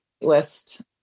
list